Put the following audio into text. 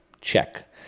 check